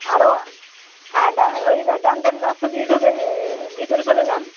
আরো হ্যাঁ ডান ওই ডান ধারের রাস্তা দিয়ে ঢুকে ভিতরে চলে যান